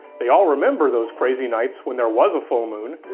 they all remember those crazy nights when there was a full moon,